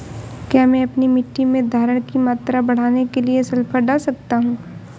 क्या मैं अपनी मिट्टी में धारण की मात्रा बढ़ाने के लिए सल्फर डाल सकता हूँ?